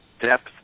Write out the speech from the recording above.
depth